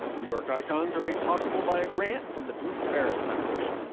new york icons are made possible by a grant from the buth paris foundation